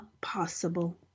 possible